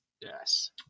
Yes